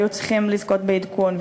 והיו צריכים לזכות בעדכון,